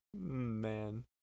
Man